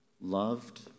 loved